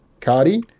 Cardi